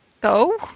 Go